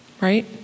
right